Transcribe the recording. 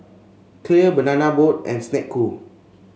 Clear Banana Boat and Snek Ku